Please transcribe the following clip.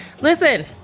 Listen